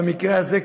במקרה הזה,